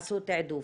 עשו תעדוף.